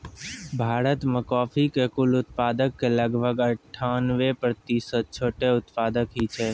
भारत मॅ कॉफी के कुल उत्पादन के लगभग अनठानबे प्रतिशत छोटो उत्पादक हीं छै